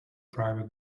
private